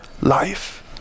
life